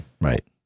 Right